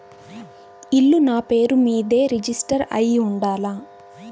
ఇల్లు నాపేరు మీదే రిజిస్టర్ అయ్యి ఉండాల?